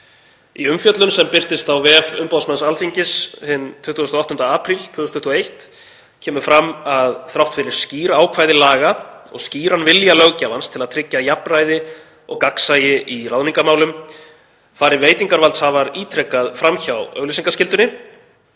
Í umfjöllun sem birtist á vef umboðsmanns Alþingis hinn 28. apríl 2021 kemur fram að þrátt fyrir skýr ákvæði laga og skýran vilja löggjafans til að tryggja jafnræði og gagnsæi í ráðningarmálum fari veitingarvaldshafar ítrekað fram hjá auglýsingaskyldunni.